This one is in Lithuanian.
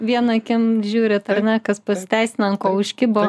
viena akim žiūrit ar ne kas pasiteisina ant ko užkibo